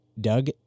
Doug